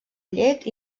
llet